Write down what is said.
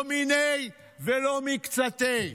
לא מיניה ולא מקצתיה.